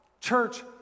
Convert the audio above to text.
church